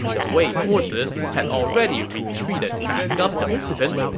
the wei forces had already retreated back up the mountain.